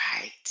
Right